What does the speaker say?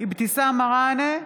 אבתיסאם מראענה,